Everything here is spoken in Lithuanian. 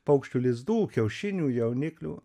paukščių lizdų kiaušinių jauniklių